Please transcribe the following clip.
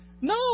No